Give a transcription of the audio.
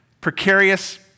precarious